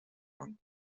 gang